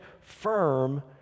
firm